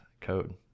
code